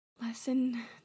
lesson